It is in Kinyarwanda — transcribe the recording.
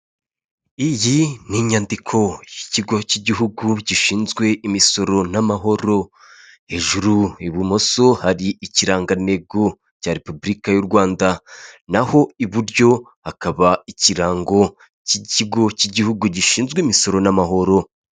Iyo ni inyandiko y'ikigo cy'igihugu gishinzwe imisoro n'amahoro; hejuru ibumoso hari ikirangantego cya repubulika y'u rwanda; naho iburyo hakaba ikirango cy'ikigo cy'igihugu gishinzwe imisoro n'amahoro.